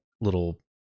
Little